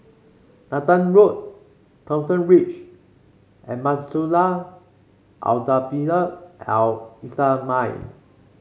Nathan Road Thomson Ridge and Madrasah Al Tahzibiah Al Islamiah